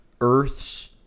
Earth's